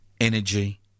energy